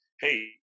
hey –